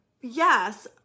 Yes